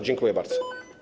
Dziękuję bardzo.